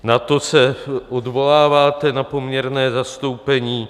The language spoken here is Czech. Na to se odvoláváte, na poměrné zastoupení.